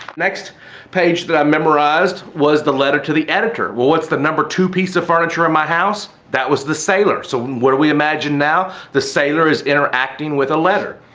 next page that i memorized was the letter to the editor. what was the number two piece of furniture in my house? that was the sailor. so what we imagine now. the sailor is interacting with a letter.